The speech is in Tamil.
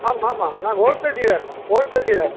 ஆமாம் ஆமாம் நாங்கள் ஹோல்சேல் டீலர் ஹோல்சேல் டீலர்